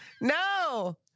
no